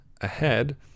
ahead